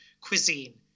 cuisine